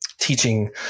teaching